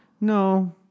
No